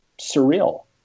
surreal